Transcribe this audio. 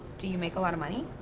do you make a lot of money?